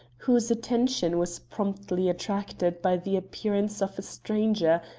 whose attention was promptly attracted by the appearance of a stranger,